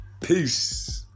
Peace